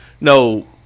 no